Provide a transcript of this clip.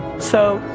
so,